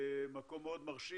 מקום מאוד מרשים